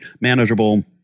manageable